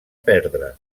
perdre